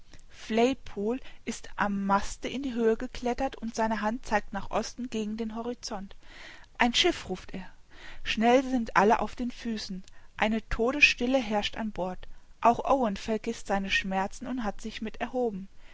flaypol ist am maste in die höhe geklettert und seine hand zeigt nach osten gegen den horizont ein schiff ruft er schnell sind alle auf den füßen eine todesstille herrscht an bord auch owen vergißt seine schmerzen und hat sich mit erhoben